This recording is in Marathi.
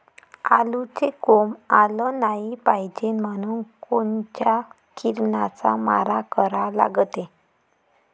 आलूले कोंब आलं नाई पायजे म्हनून कोनच्या किरनाचा मारा करा लागते?